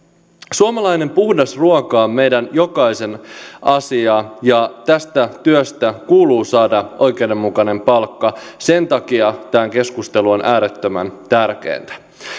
suomalainen puhdas ruoka on meidän jokaisen asia ja tästä työstä kuuluu saada oikeudenmukainen palkka sen takia tämä keskustelu on äärettömän tärkeätä